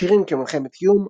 "שירים כמלחמת קיום".